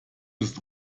ist